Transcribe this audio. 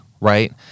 right